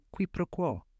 quiproquo